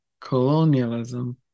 colonialism